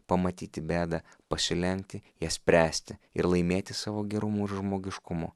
pamatyti bėdą pasilenkti ją spręsti ir laimėti savo gerumuir žmogiškumu